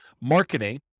marketing